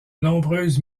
nombreuses